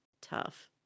tough